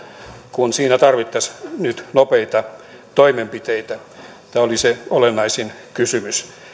kun siinä tarvittaisiin nyt nopeita toimenpiteitä tämä oli se olennaisin kysymys